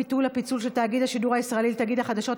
ביטול הפיצול של תאגיד השידור הישראלי לתאגיד החדשות),